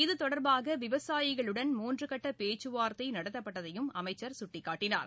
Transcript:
இத்தொடர்பாக விவசாயிகளுடன் மூன்று கட்ட பேச்சுவார்த்தை நடத்தப்பட்டதையும் அமைச்சர் சுட்டிக்காட்டினார்